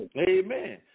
Amen